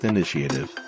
Initiative